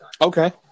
Okay